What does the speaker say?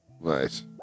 Nice